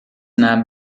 nahm